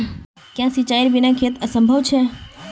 क्याँ सिंचाईर बिना खेत असंभव छै?